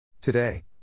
Today